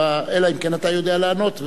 אלא אם כן אתה יודע לענות,